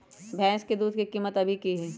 भैंस के दूध के कीमत अभी की हई?